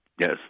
yes